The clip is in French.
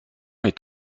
est